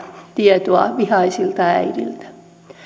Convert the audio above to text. tietoa vihaisilta äideiltä